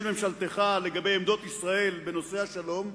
ממשלתך לגבי עמדות ישראל בנושא השלום,